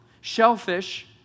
Shellfish